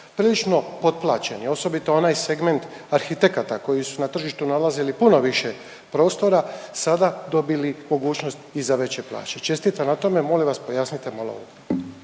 prilično potplaćeni, osobito onaj segment arhitekata koji su na tržištu nalazili puno više prostora, sada dobili mogućnost i za veće plaće. Čestitam na tome, molim vas, pojasnite malo